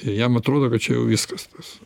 jam atrodo kad čia jau viskas tas